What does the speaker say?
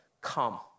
come